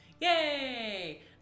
Yay